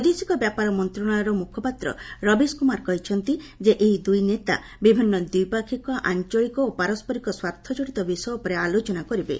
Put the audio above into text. ବୈଦେଶିକ ବ୍ୟାପାର ମନ୍ତ୍ରଣାଳୟର ମୁଖପାତ୍ର ରବିଶ କୁମାର କହିଛନ୍ତି ଯେ ଏହି ଦୁଇ ନେତା ବିଭିନ୍ନ ଦ୍ୱିପାକ୍ଷିକ ଆଞ୍ଚଳିକ ଓ ପାରସ୍କରିକ ସ୍ୱାର୍ଥ କଡ଼ିତ ବିଷୟ ଉପରେ ଆଲୋଚନା କରିବେ